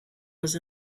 was